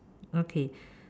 okay